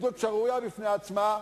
זאת שערורייה בפני עצמה.